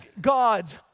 God's